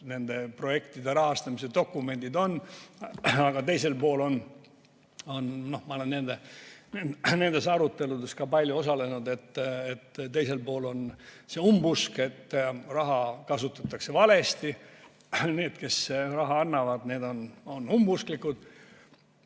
nende projektide rahastamise dokumendid on. Aga teiselt poolt on – ma olen nendes aruteludes ka palju osalenud – see umbusk, et raha kasutatakse valesti. Need, kes raha annavad, on umbusklikud.